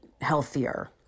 healthier